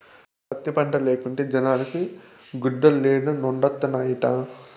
పత్తి పంటే లేకుంటే జనాలకి గుడ్డలేడనొండత్తనాయిట